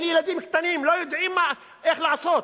הם ילדים קטנים, לא יודעים איך לעשות.